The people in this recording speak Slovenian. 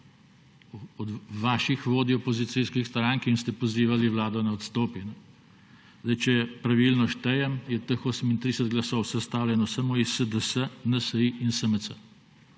od vaših vodij opozicijskih strank, in ste pozivali vlado, naj odstopi. Če pravilno štejem, je teh 38 glasov sestavljenih samo iz SDS, NSi in SMC.